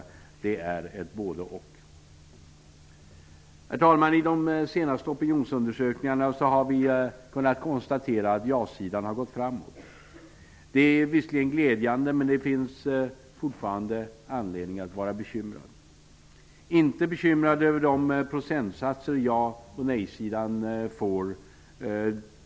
Det är ett både--och. Herr talman! I de senaste opinionsundersökningarna har vi kunnat konstatera att ja-sidan har gått framåt. Det är visserligen glädjande, men det finns fortfarande anledning att vara bekymrad, inte bekymrad över de procentsatser som ja och nej-sidan fått.